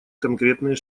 конкретные